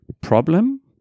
problem